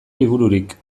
libururik